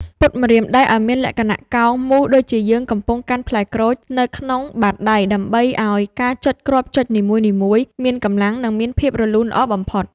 ពត់ម្រាមដៃឱ្យមានលក្ខណៈកោងមូលដូចជាយើងកំពុងកាន់ផ្លែក្រូចនៅក្នុងបាតដៃដើម្បីឱ្យការចុចគ្រាប់ចុចនីមួយៗមានកម្លាំង និងមានភាពរលូនល្អបំផុត។